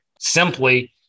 simply